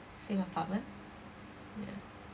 same apartment yeah